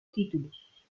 títulos